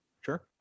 Sure